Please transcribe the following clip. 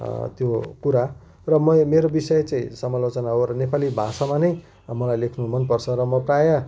त्यो कुरा र मै मेरो विषय चाहिँ समालोचना हो र नेपाली भाषामा नै मलाई लेख्नु मनपर्छ र म प्रायः